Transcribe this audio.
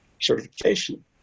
certification